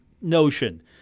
notion